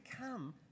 come